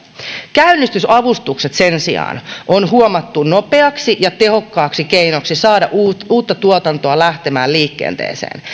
käynnistysavustukset sen sijaan on huomattu nopeaksi ja tehokkaaksi keinoksi saada uutta uutta tuotantoa lähtemään liikenteeseen